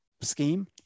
scheme